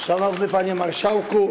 Szanowny Panie Marszałku!